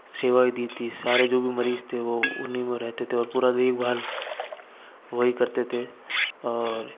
सेवाएं दी थी सारे जो भी मरीज थे वो उन्हीं में रहते थे और पूरा देखभाल वो ही करते थे और